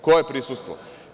Koje prisustvo?